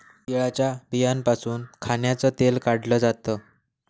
तिळाच्या बियांपासून खाण्याचं तेल काढल जात